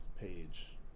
page